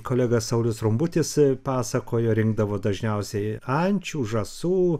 kolega saulius rumbutis pasakojo rinkdavo dažniausiai ančių žąsų